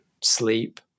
sleep